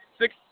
six